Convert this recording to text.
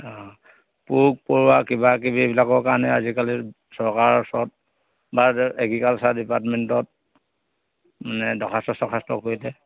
পোক পৰুৱা কিবাকিবি এইবিলাকৰ কাৰণে আজিকালি চৰকাৰৰ ওচৰত বা এগ্ৰিকালচাৰ ডিপাৰ্টমেণ্টত মানে দৰ্খাস্ত চখাস্ত কৰিলে